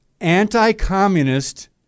anti-communist